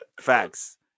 Facts